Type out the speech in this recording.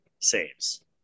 saves